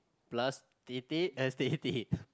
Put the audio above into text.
plus tete as tete